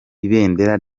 ibendera